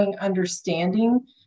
understanding